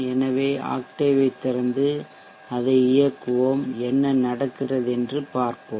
எனவே ஆக்டேவைத் திறந்து இதை இயக்குவோம் என்ன நடக்கிறது என்று பார்ப்போம்